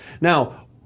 Now